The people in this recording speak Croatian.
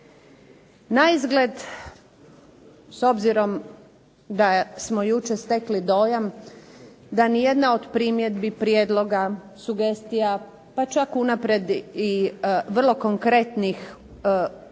Naizgled, s obzirom da smo jučer stekli dojam da nijedna od primjedbi, prijedloga, sugestija, pa čak unaprijed i vrlo konkretnih